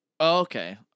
Okay